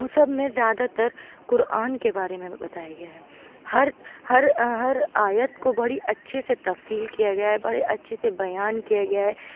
مصحف میں زیادہ تر قرآن کے بارے میں بھی بتایا گیا ہے ہر ہر ہر آیت کو بڑی اچھے سے تفصیل کیا گیا ہے بڑے اچھے سے بیان کیا گیا ہے